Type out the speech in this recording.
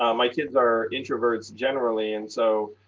um my kids are introverts generally. and so,